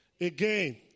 Again